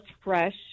fresh